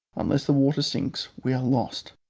unless the water sinks we are lost!